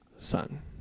son